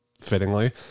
fittingly